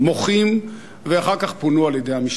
המוחים, ואחר כך פונו על-ידי המשטרה.